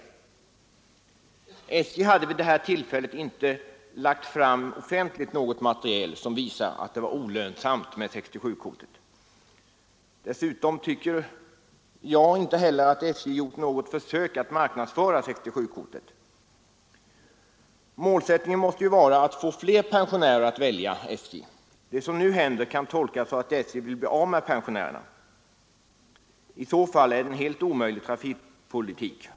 SJ hade inte vid detta tillfälle offentligt lagt fram något material som visar att det var olönsamt med 67-kortet. Dessutom tycker jag inte heller att SJ har gjort något försök att marknadsföra 67-kortet. Målsättningen måste ju vara att få fler pensionärer att välja SJ, men det som nu hände kan tolkas så att SJ ville bli av med pensionärerna. Det är i så fall en helt omöjlig trafikpolitik.